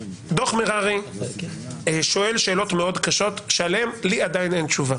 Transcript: דוח מררי שואל שאלות מאוד קשות שעליהן לי עדיין אין תשובה,